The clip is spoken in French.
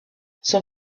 son